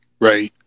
Right